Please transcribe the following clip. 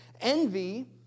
Envy